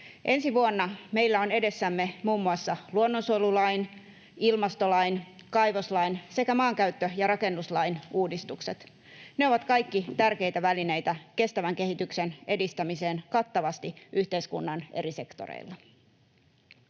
Ensi vuonna meillä on edessämme muun muassa luonnonsuojelulain, ilmastolain, kaivoslain sekä maankäyttö- ja rakennuslain uudistukset. Ne ovat kaikki tärkeitä välineitä kestävän kehityksen edistämiseen kattavasti yhteiskunnan eri sektoreilla.